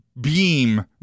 beam